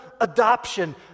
adoption